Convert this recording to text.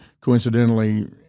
Coincidentally